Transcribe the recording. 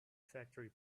factory